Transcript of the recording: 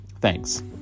Thanks